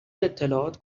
اطلاعات